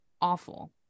awful